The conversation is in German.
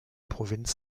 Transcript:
provinz